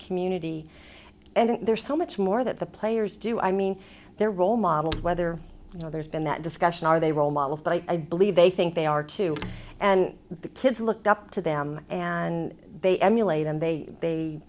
community and there's so much more that the players do i mean their role models whether you know there's been that discussion are they role models but i believe they think they are two and the kids looked up to them and they emulate and they they